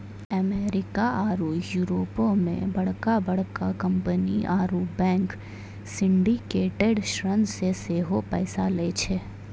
America आरु यूरोपो मे बड़का बड़का कंपनी आरु बैंक सिंडिकेटेड ऋण से सेहो पैसा लै छै